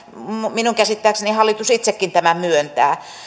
minun käsittääkseni hallitus itsekin tämän myöntää